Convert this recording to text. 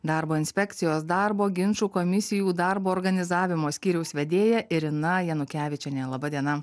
darbo inspekcijos darbo ginčų komisijų darbo organizavimo skyriaus vedėja irina janukevičienė laba diena